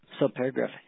subparagraph